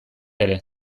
ere